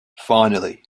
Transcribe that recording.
finally